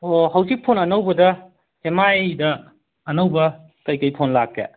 ꯍꯧꯖꯤꯛ ꯐꯣꯟ ꯑꯅꯧꯕꯗ ꯑꯦꯝ ꯑꯥꯏꯗ ꯑꯅꯧꯕ ꯀꯩ ꯀꯩ ꯐꯣꯟ ꯂꯥꯛꯀꯦ